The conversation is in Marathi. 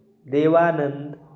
देवानंद